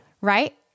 right